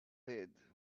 lid